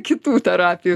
kitų parapijų